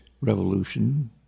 revolution